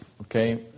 Okay